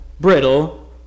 brittle